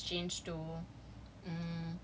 ya but COVID happened and then